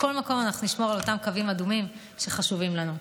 בכל מקום אנחנו נשמור על אותם קווים אדומים שחשובים לנו.